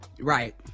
right